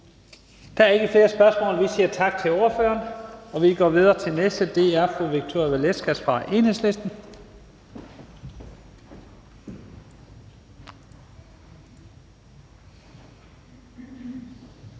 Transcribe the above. Der er ikke flere spørgsmål. Vi siger tak til ordføreren og går videre til den næste. Det er fru Victoria Velasquez fra Enhedslisten.